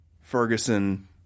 Ferguson